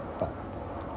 but